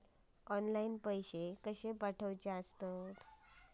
Online पैसे कशे पाठवचे?